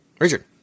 Richard